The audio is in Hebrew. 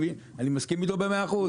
אני מסכים איתו במאה אחוז,